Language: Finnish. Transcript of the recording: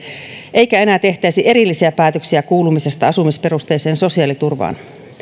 eikä enää tehtäisi erillisiä päätöksiä kuulumisesta asumisperusteiseen sosiaaliturvaan